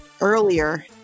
earlier